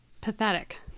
Pathetic